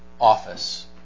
office